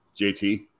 JT